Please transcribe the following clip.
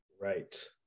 Right